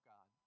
God